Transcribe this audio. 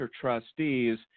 trustees